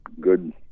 good